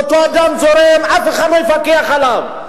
ואותו אדם תורם אף אחד לא ידווח עליו.